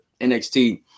NXT